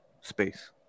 space